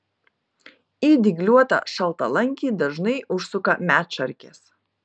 į dygliuotą šaltalankį dažnai užsuka medšarkės